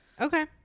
Okay